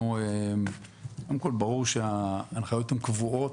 קודם כול ברור שההנחיות קבועות,